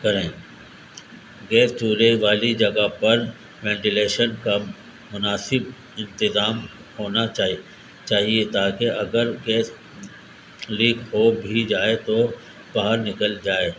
کریں گیس چولہے والی جگہ پر وینٹیلیشن کا مناسب انتظام ہونا چاہی چاہیے تاکہ اگر گیس لیک ہو بھی جائے تو باہر نکل جائے